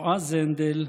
יועז הנדל,